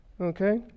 okay